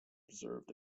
observed